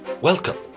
Welcome